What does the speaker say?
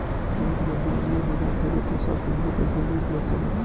bank जब दिवालिया हो जात हवे तअ सब केहू के पईसा लूट लेत हवे